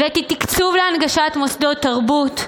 הבאתי תקצוב להנגשת מוסדות תרבות,